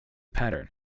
pattern